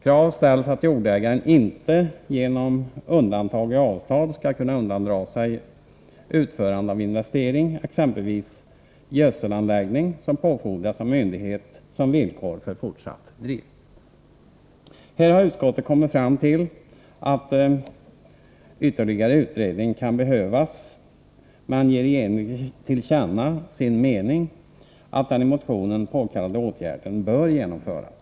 Kravs ställs att jordägaren inte genom undantag i avtal skall kunna undandra sig utförande av investering exempelvis i gödselanläggning, som påfordras av myndighet som villkor för fortsatt drift. Här har utskottet kommit fram till att ytterligare utredning kan behövas, men vill ge regeringen till känna sin mening att den i motionen påkallade åtgärden bör genomföras.